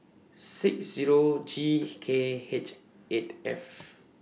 six Zero G K H eight F